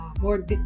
more